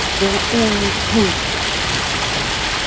they are all told of on christmas eve.